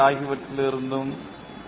ஆகியவற்றிலிருந்தும் கிடைக்கிறது